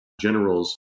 generals